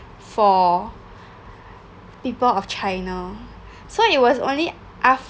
for people of china so it was only